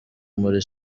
muri